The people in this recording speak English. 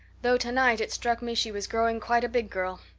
though tonight it struck me she was growing quite a big girl.